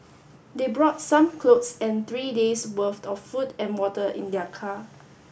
they brought some clothes and three days' worth of food and water in their car